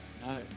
No